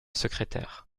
secrétaire